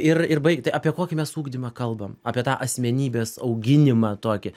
ir ir baig apie kokį mes ugdymą kalbam apie tą asmenybės auginimą tokį